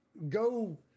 Go